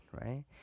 right